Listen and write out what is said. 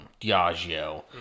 Diageo